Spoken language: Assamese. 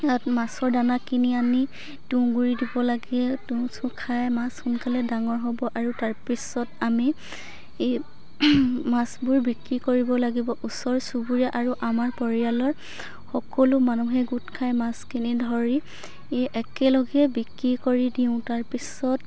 ইয়াত মাছৰ দানা কিনি আনি তুঁহ গুৰি দিব লাগে তুঁহ চুহ খাই মাছ সোনকালে ডাঙৰ হ'ব আৰু তাৰপিছত আমি এই মাছবোৰ বিক্ৰী কৰিব লাগিব ওচৰ চুবুৰীয়া আৰু আমাৰ পৰিয়ালৰ সকলো মানুহে গোট খাই মাছখিনি ধৰি একেলগে বিক্ৰী কৰি দিওঁ তাৰপিছত